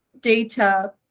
data